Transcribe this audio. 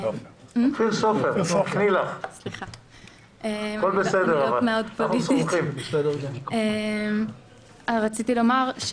רציתי לומר,